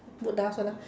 put down also lah